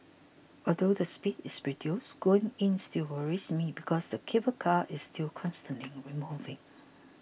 although the speed is reduced going in still worries me because the cable car is still constantly removing